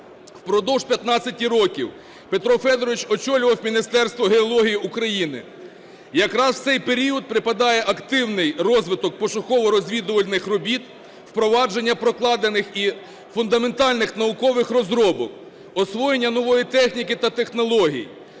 Впродовж 15 років Петро Федорович очолював Міністерство геології України. Якраз у цей період припадає активний розвиток пошуково-розвідувальних робіт, впровадження прокладених і фундаментальних наукових розробок, освоєння нової техніки та технологій,